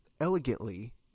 elegantly